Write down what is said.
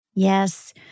Yes